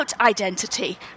identity